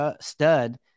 stud